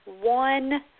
one